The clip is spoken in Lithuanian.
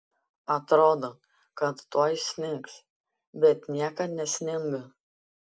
atrodo kad tuoj snigs bet niekad nesninga